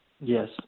Yes